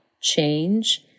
change